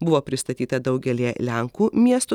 buvo pristatyta daugelyje lenkų miestų